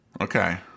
Okay